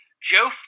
Joe